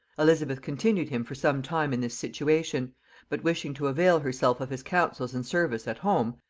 elizabeth continued him for some time in this situation but wishing to avail herself of his counsels and service at home,